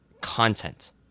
content